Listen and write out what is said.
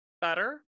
better